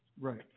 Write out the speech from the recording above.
right